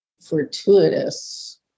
fortuitous